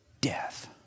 death